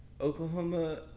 Oklahoma